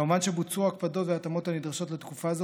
כמובן שבוצעו ההקפדות וההתאמות הנדרשות לתקופה זו,